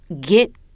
get